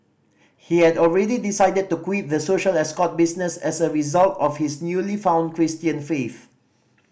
he had already decided to quit the social escort business as a result of his newly found Christian faith